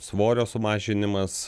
svorio sumažinimas